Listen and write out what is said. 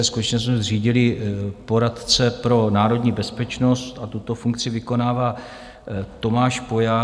Skutečně jsme zřídili poradce pro národní bezpečnost, tuto funkci vykonává Tomáš Pojar.